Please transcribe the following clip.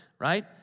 right